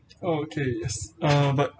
okay yes uh but